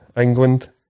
England